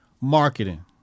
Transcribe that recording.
Marketing